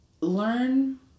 learn